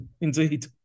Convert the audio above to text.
indeed